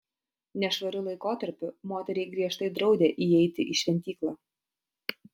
nešvariu laikotarpiu moteriai griežtai draudė įeiti į šventyklą